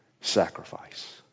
sacrifice